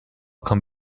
come